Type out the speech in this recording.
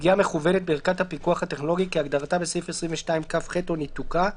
(א)פגיעה מכוונת בערכת הפיקוח הטכנולוגי כהגדרתה בסעיף 22כח או ניתוקה,